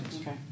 Okay